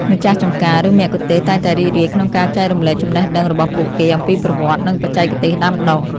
ម្ចាស់ចម្ការ ឬមគ្គទេសក៍តែងតែរីករាយក្នុងការចែករំលែកចំណេះដឹងរបស់ពួកគេអំពីប្រវត្តិ និងបច្ចេកទេសដាំដុះ ។